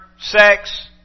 sex